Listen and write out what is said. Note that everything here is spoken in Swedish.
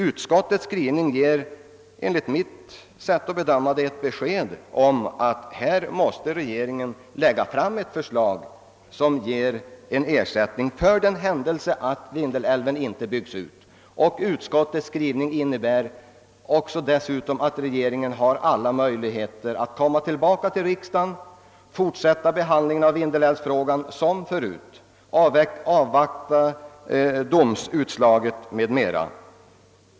Utskottets skrivning ger, enligt mitt sätt att bedöma frågan, besked om att regeringen måste lägga fram ett förslag som ger ersättning för den händelse Vindelälven inte byggs ut. Utskottets skrivning innebär dessutom att regeringen har alla möjligheter att komma tillbaka till riksdagen, att fortsätta behandlingen av Vindelälvsfrågan som förut, att avvakta domstolsutslaget m.m.